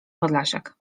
podlasiak